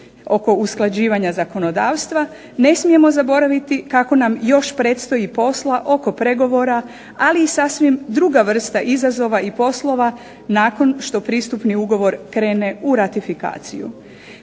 oko usklađivanja zakonodavstva, ne smijemo zaboraviti kako nam još predstoji posla oko pregovora, ali i sasvim druga vrsta izazova i poslova nakon što pristupni ugovor krene u ratifikaciju.